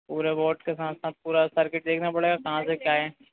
पूरे बोड के साथ साथ पूरा सर्किट देखना पड़ेगा कहाँ से क्या है